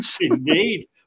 Indeed